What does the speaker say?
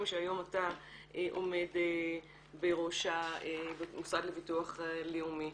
שהיום אתה עומד בראש המוסד לביטוח הלאומי.